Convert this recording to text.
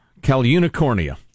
Calunicornia